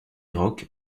rock